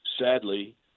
Sadly